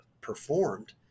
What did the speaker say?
performed